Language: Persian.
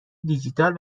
دیجیتال